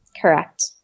Correct